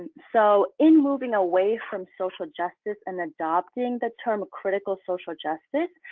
so in moving away from social justice and adopting the term critical social justice,